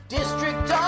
district